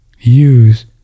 use